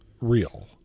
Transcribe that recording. real